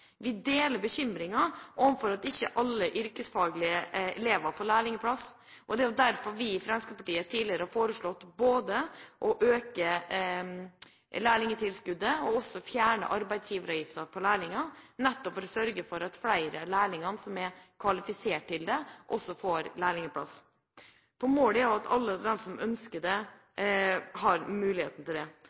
Vi deler bekymringen over at ikke alle yrkesfaglige elever får lærlingplass, og det er derfor vi i Fremskrittspartiet tidligere har foreslått både å øke lærlingtilskuddet og fjerne arbeidsgiveravgiften på lærlinger, nettopp for å sørge for at flere av lærlingene som er kvalifisert til det, får lærlingplass. Målet er at alle de som ønsker det, har muligheten til det, men realiteten er nå slik at dette ikke er tilfelle i dag. Da er det